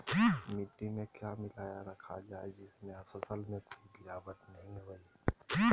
मिट्टी में क्या मिलाया रखा जाए जिससे फसल में कोई गिरावट नहीं होई?